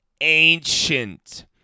ancient